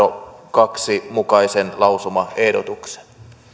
kahden mukaisen lausumaehdotuksen